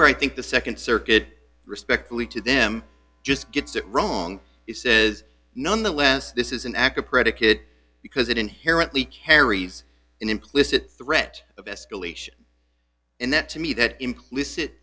where i think the nd circuit respectfully to them just gets it wrong he says nonetheless this is an act of predicate because it inherently carries an implicit threat of escalation and that to me that implicit